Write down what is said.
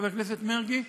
חבר הכנסת מרגי,